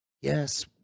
yes